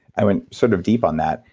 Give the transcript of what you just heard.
i went sort of deep on that.